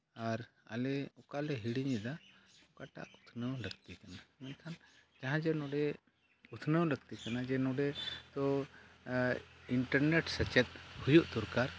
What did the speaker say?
ᱟᱨ ᱟᱞᱮ ᱚᱠᱟᱞᱮ ᱦᱤᱲᱤᱧᱮᱫᱟ ᱚᱠᱟᱴᱟᱜ ᱩᱛᱱᱟᱹᱣ ᱞᱟᱹᱠᱛᱤ ᱠᱟᱱᱟ ᱢᱮᱱᱠᱷᱟᱱ ᱡᱟᱦᱟᱸ ᱡᱮ ᱱᱚᱸᱰᱮ ᱩᱛᱱᱟᱹᱣ ᱞᱟᱹᱠᱛᱤ ᱠᱟᱱᱟ ᱡᱮ ᱱᱚᱸᱰᱮ ᱫᱚ ᱤᱱᱴᱟᱨᱱᱮᱴ ᱥᱮᱪᱮᱫ ᱦᱩᱭᱩᱜ ᱫᱚᱨᱠᱟᱨ